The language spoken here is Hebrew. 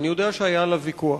ואני יודע שהיה עליו ויכוח,